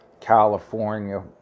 California